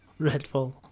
Redfall